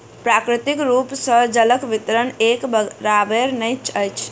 प्राकृतिक रूप सॅ जलक वितरण एक बराबैर नै अछि